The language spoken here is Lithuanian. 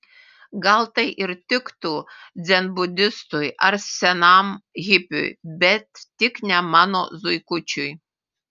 gal tai ir tiktų dzenbudistui ar senam hipiui bet tik ne mano zuikučiui